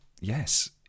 yes